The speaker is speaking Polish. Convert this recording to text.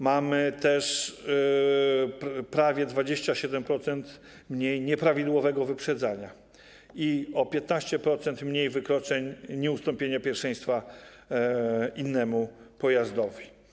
Mamy też prawie 27% mniej wykroczeń nieprawidłowego wyprzedzania i o 15% mniej wykroczeń nieustąpienia pierwszeństwa innemu pojazdowi.